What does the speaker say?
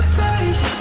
face